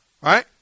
Right